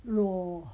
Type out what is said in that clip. raw